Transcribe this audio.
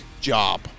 job